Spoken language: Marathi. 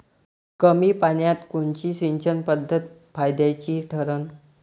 कमी पान्यात कोनची सिंचन पद्धत फायद्याची ठरन?